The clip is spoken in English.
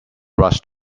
rushed